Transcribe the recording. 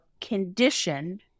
conditioned